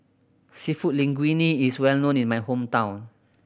Seafood Linguine is well known in my hometown